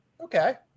Okay